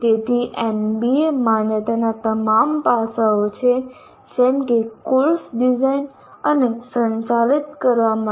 તેથી એનબીએ માન્યતાના તમામ પાસાઓ છે જેમ કે કોર્સ ડિઝાઇન અને સંચાલિત કરવા માટે